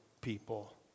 people